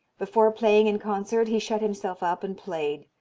before playing in concert he shut himself up and played,